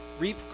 reap